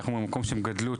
את המקום שהם גדלו,